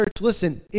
listen